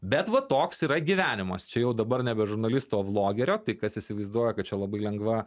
bet va toks yra gyvenimas čia jau dabar nebe žurnalisto vlogerio tai kas įsivaizduoja kad čia labai lengva